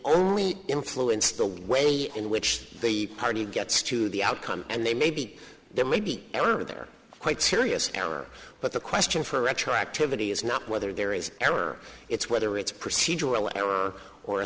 only influence the way in which the party gets to the outcome and they may be there maybe they're quite serious error but the question for retroactivity is not whether there is error it's whether it's procedural error or